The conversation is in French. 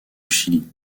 chili